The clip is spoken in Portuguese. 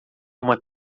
uma